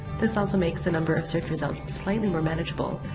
this also makes the number of search results slightly more manageable.